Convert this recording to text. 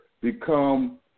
become